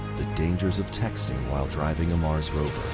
the dangers of text while driving a mars rover.